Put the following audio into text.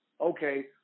okay